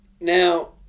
Now